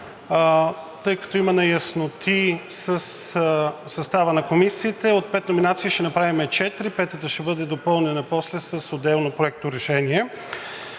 тъй като има неясноти със състава на комисиите, от пет номинации ще направим четири, петата ще бъде допълнена после с отделно проекторешение.